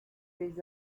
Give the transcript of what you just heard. les